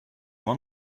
won